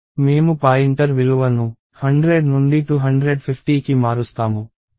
మేము పాయింటర్ విలువ ను 100 నుండి 250కి మారుస్తాము